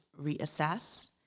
reassess